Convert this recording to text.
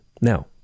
Now